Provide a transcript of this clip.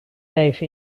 leven